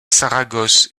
saragosse